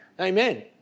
Amen